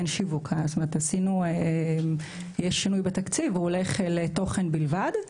אין שיווק יש שינוי בתקציב והוא הולך לתוכן בלבד,